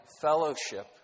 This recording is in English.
fellowship